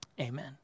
Amen